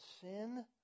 sin